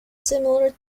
similar